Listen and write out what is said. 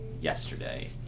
yesterday